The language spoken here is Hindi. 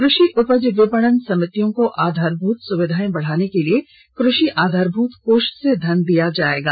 कृषि उपज विपणन समितियों को आधारभूत सुविधाएं बढ़ाने के लिए कृषि आधारभूत कोष से धन दिया जाएगा